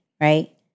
right